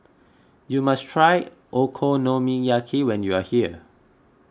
you must try Okonomiyaki when you are here